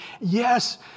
Yes